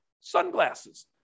sunglasses